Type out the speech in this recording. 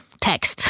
text